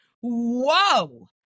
whoa